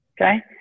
okay